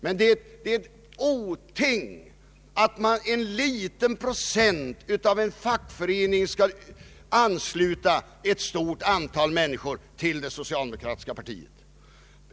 Men det är otäckt att en liten procent av en fackförenings medlemmar skall kunna ansluta ett stort antal människor till det socialdemokratiska partiet.